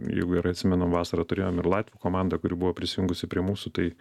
jeigu gerai atsimenu vasarą turėjom ir latvių komandą kuri buvo prisijungusi prie mūsų tai